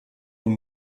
will